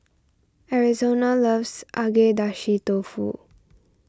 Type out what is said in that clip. Arizona loves Agedashi Dofu